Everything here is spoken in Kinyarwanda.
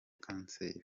kanseri